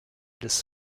des